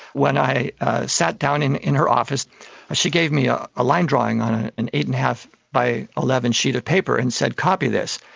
when i sat down in in her office she gave me a ah line drawing on ah an eight. and five by eleven sheet of paper and said, copy this.